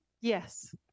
Yes